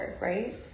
right